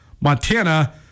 Montana